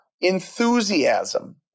enthusiasm